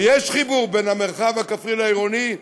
ויש חיבור בין המרחב הכפרי לעירוני,